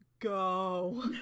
Go